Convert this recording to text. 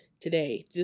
today